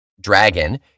Dragon